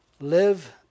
Live